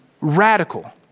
radical